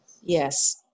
Yes